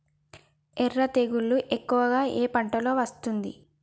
ఎర్ర తెగులు ఎక్కువగా ఏ పంటలో వస్తుంది?